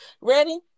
Ready